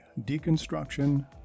Deconstruction